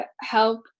help